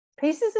pieces